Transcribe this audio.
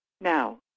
now